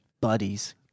buddies